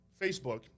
Facebook